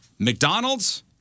McDonald's